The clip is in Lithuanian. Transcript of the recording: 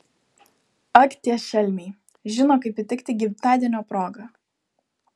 ak tie šelmiai žino kaip įtikti gimtadienio proga